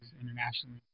internationally